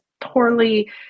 poorly